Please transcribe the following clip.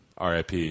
RIP